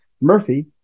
Murphy